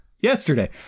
yesterday